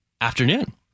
afternoon